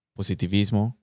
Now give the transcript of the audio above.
Positivismo